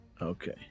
Okay